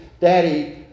daddy